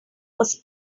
was